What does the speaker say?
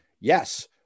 Yes